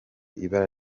ibara